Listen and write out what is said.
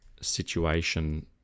situation